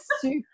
super